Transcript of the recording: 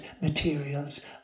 materials